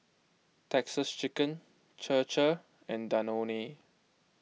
Texas Chicken Chir Chir and Danone